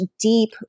deep